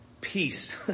peace